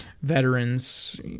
veterans